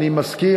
אני מזכיר,